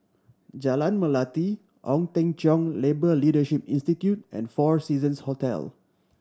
Jalan Melati Ong Teng Cheong Labour Leadership Institute and Four Seasons Hotel